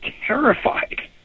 terrified